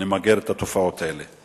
נמגר את התופעות האלה.